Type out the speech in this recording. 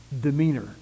demeanor